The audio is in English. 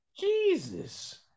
Jesus